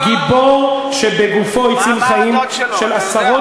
גיבור שבגופו הציל חיים של עשרות